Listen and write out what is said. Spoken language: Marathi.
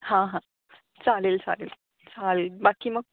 हां हां चालेल चालेल चालेल बाकी मग